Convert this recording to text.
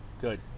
Good